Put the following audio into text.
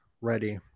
ready